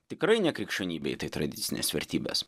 tikrai ne krikščionybėj tai tradicinės vertybės